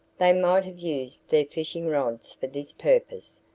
they might have used their fishing rods for this purpose,